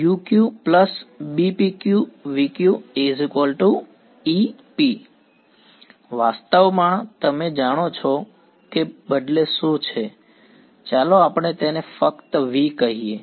q∈ΓApquqBpqvqep વાસ્તવમાં તમે જાણો છો કે બદલે શું છે ચાલો આપણે તેને ફક્ત v કહીએ